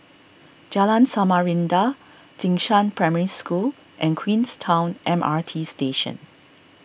Jalan Samarinda Jing Shan Primary School and Queenstown M R T Station